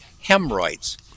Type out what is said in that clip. hemorrhoids